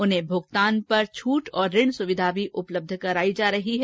उन्हें भूगतान पर छूट और ऋण सुविधा उपलब्ध कराई जा रही है